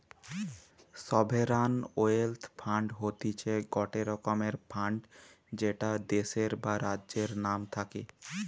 sovereign wealth fund হতিছে গটে রকমের ফান্ড যেটা দেশের বা রাজ্যের নাম থাকে